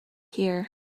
here